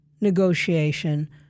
negotiation